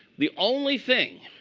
the only thing,